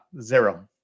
zero